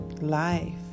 life